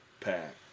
pack